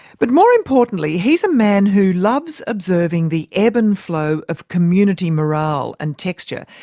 but more importantly, he's a man who loves observing the ebb and flow of community morale and texture,